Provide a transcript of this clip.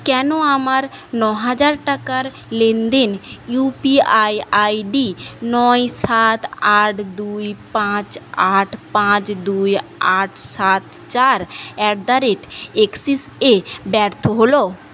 কেনো আমার নহাজার টাকার লেনদেন ইউপিআই আইডি নয় সাত আট দুই পাঁচ আট পাঁচ দুই আট সাত চার অ্যাট দ্যা রেট এক্সিসে ব্যর্থ হল